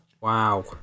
wow